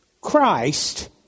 Christ